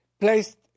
placed